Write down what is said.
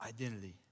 identity